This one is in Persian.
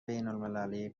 بینالمللی